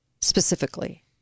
specifically